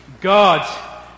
God